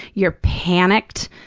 you're panicked.